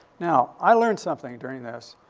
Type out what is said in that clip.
now, i learned something during this.